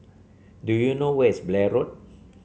do you know where is Blair Road